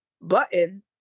button